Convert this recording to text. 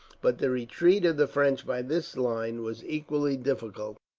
but the retreat of the french by this line was equally difficult,